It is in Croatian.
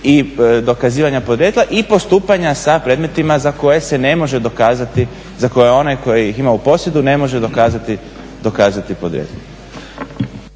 i dokazivanja podrijetla i postupanja sa predmetima za koje se ne može dokazati za koje onaj tko ih ima u posjedu ne može dokazati podrijetlo.